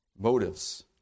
motives